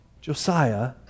Josiah